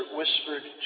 whispered